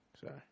Sorry